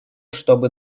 чтобы